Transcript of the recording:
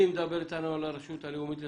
מי מדבר איתנו מהרשות הלאומית לספורט?